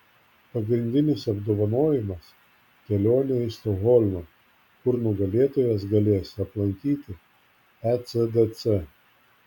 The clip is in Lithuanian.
pagrindinis apdovanojimas kelionė į stokholmą kur nugalėtojas galės aplankyti ecdc